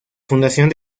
fundación